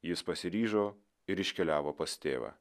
jis pasiryžo ir iškeliavo pas tėvą